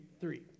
three